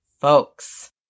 folks